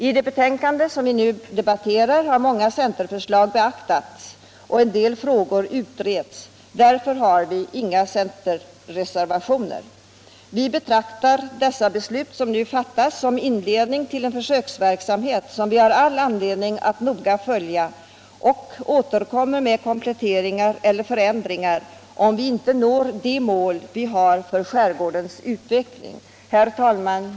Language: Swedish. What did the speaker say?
I det betänkande som vi nu debatterar har många centerförslag beaktats och en del frågor utredes. Därför har inga centerreservationer avgivits. Vi betraktar de beslut som nu fattas som inledning till en försöksverksamhet, vilken vi har anledning att noga följa, och återkommer med kompletteringar eller förändringar om vi inte når de mål vi har för skärgårdens utveckling. Herr talman!